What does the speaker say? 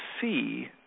see